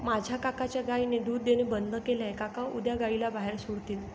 माझ्या काकांच्या गायीने दूध देणे बंद केले आहे, काका उद्या गायीला बाहेर सोडतील